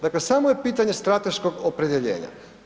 Dakle, samo je pitanje strateškog opredjeljenja.